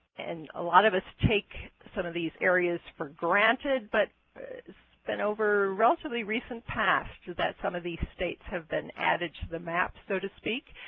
and a lot of us take some of these areas for granted. but it's been over the relatively recent past that some of these states have been added to the map, so to speak,